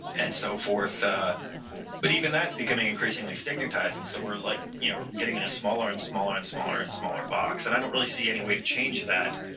and so forth, ah but even that's becoming increasingly stigmatized and so we're like you know getting a smaller and smaller and smaller and smaller box and i don't really see any way to change that